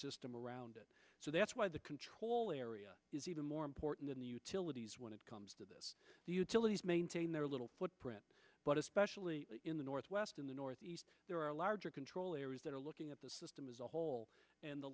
system around it so that's why the control area is even more important than the utilities when it comes to this the utilities maintain their little footprint but a speck in the northwest in the northeast there are larger control areas that are looking at the system as a whole and the